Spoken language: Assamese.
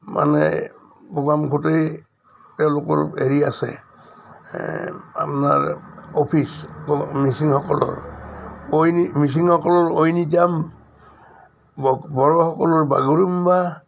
মানে গোগামুখতেই তেওঁলোকৰ হেৰি আছে আপোনাৰ অফিচ মিচিংসকলৰ মিচিংসকলৰ ঐনিতম বড়োসকলৰ বাগৰুম্বা